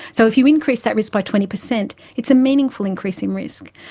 so if you increase that risk by twenty percent, it's a meaningful increase in risk.